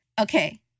Okay